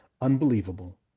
unbelievable